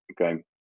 okay